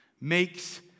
makes